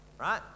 right